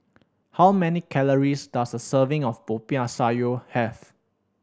how many calories does a serving of Popiah Sayur have